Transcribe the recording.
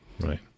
Right